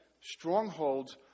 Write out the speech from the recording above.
strongholds